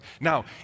Now